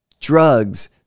drugs